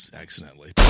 accidentally